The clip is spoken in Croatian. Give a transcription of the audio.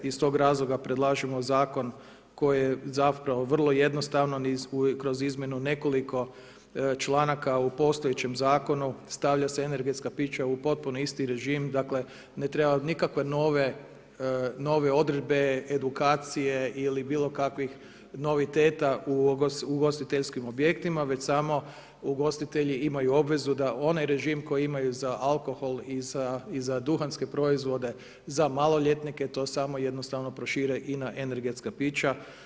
Iz tog razloga predlažemo zakon koji je zapravo vrlo jednostavan i kroz izmjenu nekoliko članaka u postojećem zakonu stavlja se energetska pića u potpuno isti režim, dakle ne treba nikakve nove odredbe, edukacije ili bilo kakvih noviteta u ugostiteljskim objektima već samo ugostitelji imaju obvezu da onaj režim koji imaju za alkohol i za duhanske proizvode za maloljetnike to samo jednostavno prošire i na energetska pića.